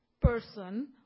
person